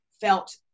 felt